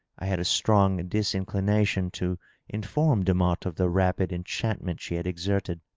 i had a strong disinclination to inform demotte of the rapid enchantment she had exerted.